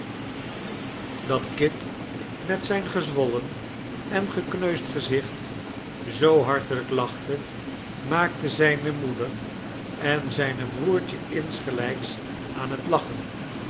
dat kit met zijn gezwollen en gekneusd gezicht zoo hartelijk lachte maakte zijne moeder en zijn broertje insgelijks aan het lachen